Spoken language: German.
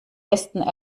besten